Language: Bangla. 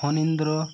ফণীন্দ্র